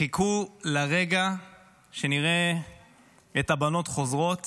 חיכו לרגע שנראה את הבנות חוזרות